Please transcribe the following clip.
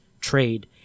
trade